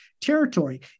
territory